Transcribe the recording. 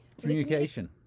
Communication